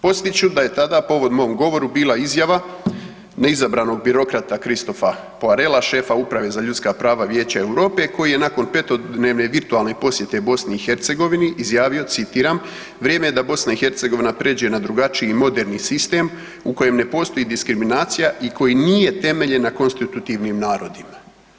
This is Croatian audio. Posjetit ću da je tada povod mom govoru bila izjava neizabranog birokrata Christophea Poirela, šefa uprave za ljudska prava i Vijeća Europe koji je nakon 5-dnevne virtualne posjete BiH izjavio, citiram: Vrijeme je da BiH pređe na drugačiji i moderni sistem u kojem ne postoji diskriminacija i koji nije temeljen na konstitutivnim narodima.